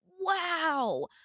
wow